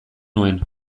nuen